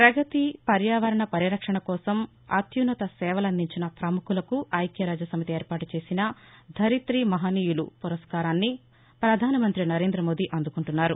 ప్రపగిపర్యావరణ పరిరక్షణ కోసం అత్యున్నత సేవలందించిన ప్రముఖులకు ఐక్యరాజ్యసమితి ఏర్పాటు చేసిన ధరితి మహనీయులు పురస్కారాన్ని పధానమంతి నరేంద్రమోది అందుకుంటున్నారు